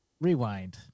Rewind